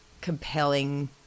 compelling